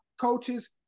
coaches